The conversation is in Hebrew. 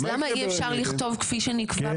למה אי אפשר לכתוב כפי שנקבע?